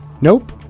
Nope